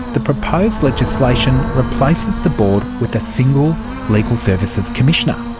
the proposed legislation replaces the board with a single legal services commissioner.